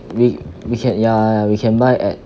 we we can ya ya we can buy at